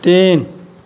तीन